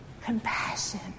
Compassion